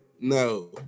No